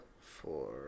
four